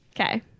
Okay